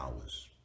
hours